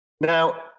Now